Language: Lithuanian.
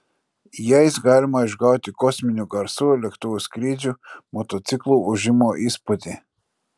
jais galima išgauti kosminių garsų lėktuvų skrydžių motociklų ūžimo įspūdį